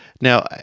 Now